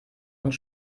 uns